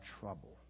trouble